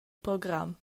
program